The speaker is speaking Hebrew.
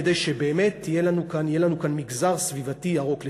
כדי שבאמת יהיה לנו כאן מגזר סביבתי ירוק לתפארת.